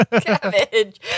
Cabbage